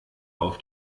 auf